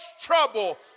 trouble